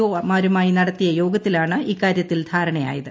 O മാരുമായി നടത്തിയ യോഗത്തിലാണ് ഇക്കാര്യത്തിൽ ധാരണയായത്